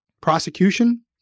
prosecution